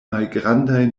malgrandaj